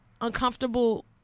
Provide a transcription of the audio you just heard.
uncomfortable